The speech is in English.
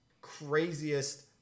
craziest